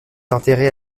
enterrée